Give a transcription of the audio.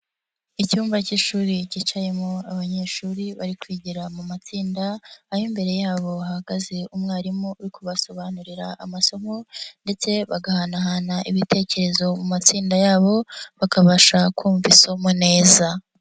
Icyumba k'ishuri kicayemo abanyeshuri bari kwigira mu matsinda, aho imbere yabo hahagaze umwarimu uri kubasobanurira amasomo ndetse bagahanahana ibitekerezo mu matsinda yabo, bakabasha kumva isomo neza.